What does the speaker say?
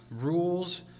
rules